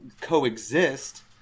coexist